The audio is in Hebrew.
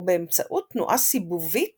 ובאמצעות תנועה סיבובית